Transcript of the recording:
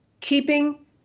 keeping